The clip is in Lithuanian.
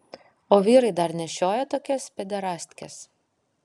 o vyrai dar nešioja tokias pederastkes